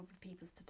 people's